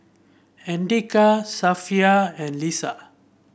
Andika Safiya and Lisa